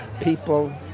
people